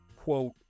quote